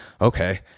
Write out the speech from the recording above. okay